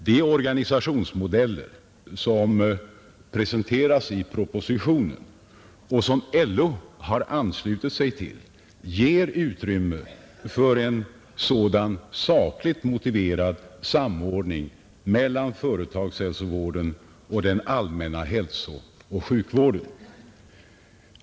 De organisationsmodeller som presenteras i propositionen och som LO har anslutit sig till ger utrymme för en sådan sakligt motiverad samordning mellan företagshälsovården och den allmänna hälsooch sjukvården.